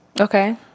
Okay